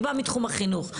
אני באה מתחום החינוך.